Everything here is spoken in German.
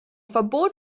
verbot